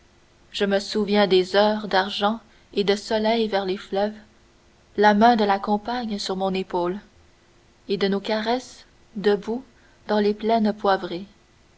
je me souviens des heures d'argent et de soleil vers les fleuves la main de la compagne sur mon épaule et de nos caresses debout dans les plaines poivrées